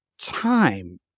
time